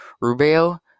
Rubio